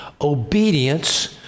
obedience